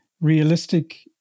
realistic